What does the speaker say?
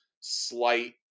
slight